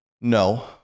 No